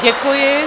Děkuji.